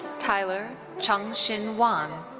tyler cheng-shun wan.